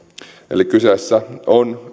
eli kyseessä on